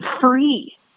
free